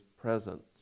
presence